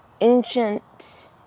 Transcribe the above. ancient